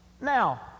now